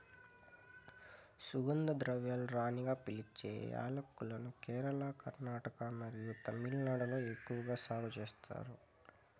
సుగంధ ద్రవ్యాల రాణిగా పిలిచే యాలక్కులను కేరళ, కర్ణాటక మరియు తమిళనాడులో ఎక్కువగా సాగు చేస్తారు